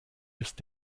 ist